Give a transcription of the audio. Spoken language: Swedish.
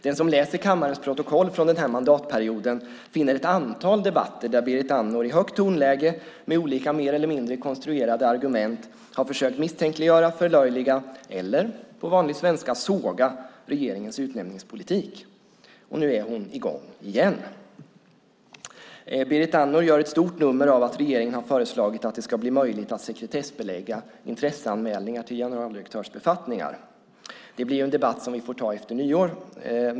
Den som läser kammarens protokoll från den här mandatperioden finner ett antal debatter där Berit Andnor i högt tonläge med olika mer eller mindre konstruerade argument har försökt misstänkliggöra, förlöjliga eller, på vanlig svenska, såga regeringens utnämningspolitik, och nu är hon i gång igen. Berit Andnor gör ett stort nummer av att regeringen har föreslagit att det ska bli möjligt att sekretessbelägga intresseanmälningar till generaldirektörsbefattningar. Det blir en debatt som vi får ta efter nyår.